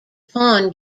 pawn